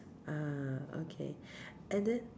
uh okay and then